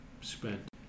spent